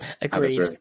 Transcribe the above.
Agreed